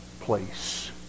place